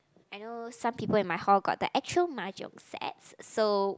I know some people in my hall got the actual mahjong set so